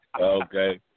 Okay